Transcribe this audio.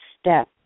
step